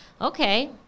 okay